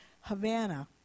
Havana